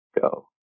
go